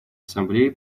ассамблеи